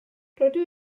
rydw